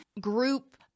group